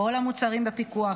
כל המוצרים בפיקוח,